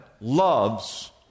loves